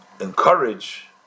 encourage